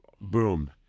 boom